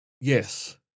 Yes